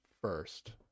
first